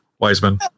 Wiseman